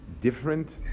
different